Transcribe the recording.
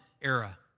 era